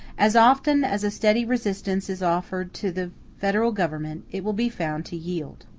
as often as a steady resistance is offered to the federal government it will be found to yield.